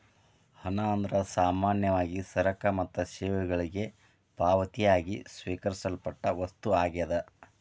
ಹಣ ಅಂದ್ರ ಸಾಮಾನ್ಯವಾಗಿ ಸರಕ ಮತ್ತ ಸೇವೆಗಳಿಗೆ ಪಾವತಿಯಾಗಿ ಸ್ವೇಕರಿಸಲ್ಪಟ್ಟ ವಸ್ತು ಆಗ್ಯಾದ